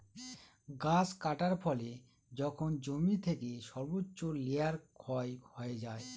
গাছ কাটার ফলে যখন জমি থেকে সর্বোচ্চ লেয়ার ক্ষয় হয়ে যায়